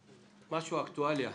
משהו, אקטואליה?